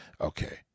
Okay